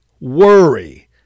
worry